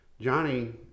Johnny